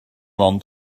ond